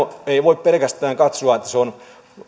ei voi pelkästään katsoa että se on